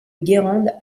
guérande